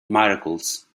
miracles